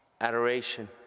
adoration